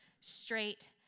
straight